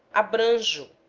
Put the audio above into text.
abranjo